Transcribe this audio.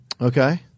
Okay